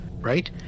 right